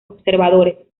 observadores